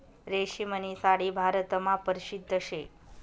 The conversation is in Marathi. रेशीमनी साडी भारतमा परशिद्ध शे